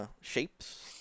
shapes